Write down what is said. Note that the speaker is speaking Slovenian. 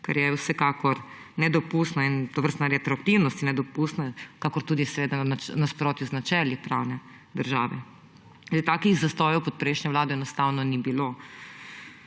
kar je vsekakor nedopustno in tovrstna retroaktivnost je nedopustna, kakor tudi seveda v nasprotju z načeli pravne države. Takih zastojev pod prejšnjo vlado enostavno ni bilo.